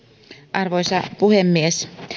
arvoisa puhemies